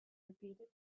repeated